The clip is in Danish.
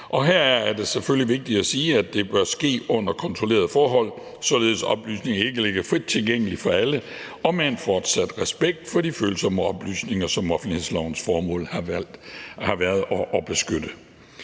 Her er det selvfølgelig vigtigt at sige, at det bør ske under kontrollerede forhold, således at oplysningerne ikke ligger frit tilgængeligt for alle, og med en fortsat respekt for de følsomme oplysninger, som det har været offentlighedslovens formål at beskytte.